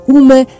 uma